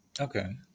Okay